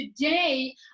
today